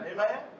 Amen